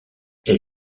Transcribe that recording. elle